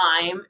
time